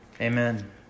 Amen